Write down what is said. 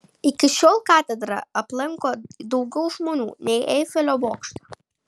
iki šiol katedrą aplanko daugiau žmonių nei eifelio bokštą